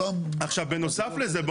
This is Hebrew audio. בנוסף לזה,